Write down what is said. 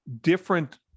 different